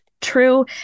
true